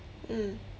mm